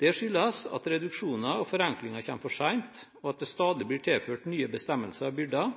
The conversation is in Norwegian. Det skyldes at reduksjoner og forenklinger kommer for sent, og at det stadig blir tilført nye bestemmelser og byrder